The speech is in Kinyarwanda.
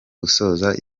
gusoza